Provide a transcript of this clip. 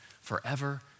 forever